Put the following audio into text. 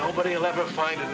nobody will ever find the